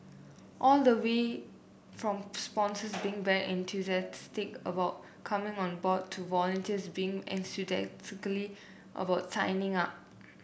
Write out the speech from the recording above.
all the way from sponsors being very enthusiastic about coming on board to volunteers being enthusiastically about signing up